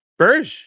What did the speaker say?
Burge